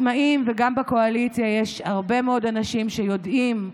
גם בקואליציה יש הרבה מאוד אנשים שיודעים,